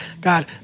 God